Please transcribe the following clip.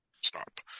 stop